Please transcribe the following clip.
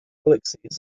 galaxies